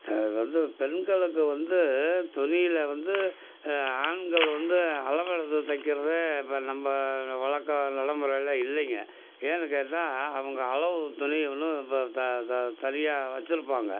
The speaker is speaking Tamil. அது வந்து பெண்களுக்கு வந்து துணியில் வந்து ஆண்கள் வந்து அளவெடுத்து தைக்கிறதே இப்போ நம்ம வழக்கம் நடைமுறைல இல்லைங்க ஏன்னு கேட்டால் அவங்க அளவு துணி ஒன்று இப்போ த த தனியாக வெச்சிருப்பாங்க